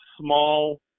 small